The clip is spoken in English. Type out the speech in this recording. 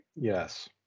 Yes